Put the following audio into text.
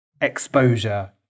exposure